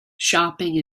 shopping